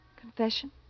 Confession